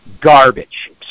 Garbage